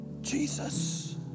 Jesus